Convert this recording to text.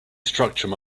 structure